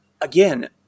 Again